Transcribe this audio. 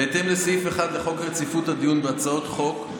בהתאם לסעיף 1 לחוק רציפות הדיון בהצעות חוק,